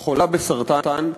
חולה בסרטן,